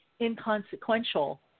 inconsequential